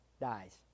dies